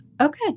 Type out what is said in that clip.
Okay